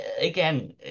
again